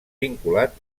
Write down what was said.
vinculat